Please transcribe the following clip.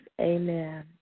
amen